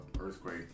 earthquake